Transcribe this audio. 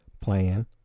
plan